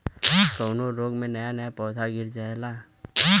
कवने रोग में नया नया पौधा गिर जयेला?